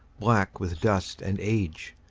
black with dust and age.